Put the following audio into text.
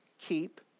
keep